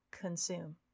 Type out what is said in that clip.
consume